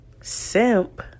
Simp